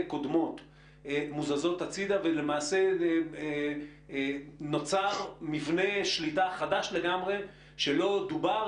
קודמות מוזזות הצידה ולמעשה נוצר מבנה שליטה חדש לגמרי שלא דובר,